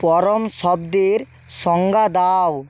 পরম শব্দের সংজ্ঞা দাও